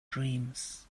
dreams